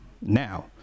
now